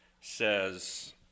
says